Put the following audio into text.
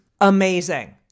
amazing